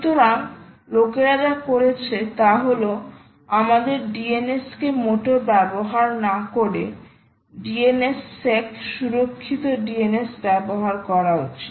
সুতরাং লোকেরা যা করেছে তা হল আমাদের DNS কে মোটেও ব্যবহার না করে DNSSEC সুরক্ষিত DNS ব্যবহার করা উচিত